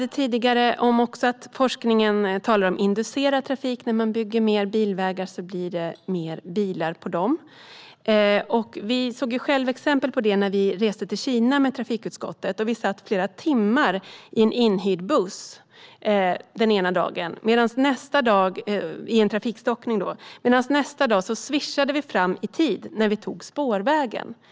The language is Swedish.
Forskningen talar om inducerad trafik. Bygger man fler bilvägar blir det fler bilar på dem. När utskottet var i Kina såg vi exempel på det. Ena dagen satt vi flera timmar i en inhyrd buss på grund av trafikstockning. Nästa dag svischade vi fram i tid när vi tåg spårvägen.